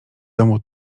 domu